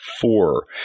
Four